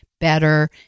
better